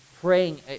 praying